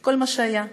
זה כל מה שהיה.